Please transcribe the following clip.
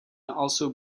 also